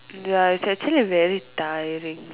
ya it's actually very tiring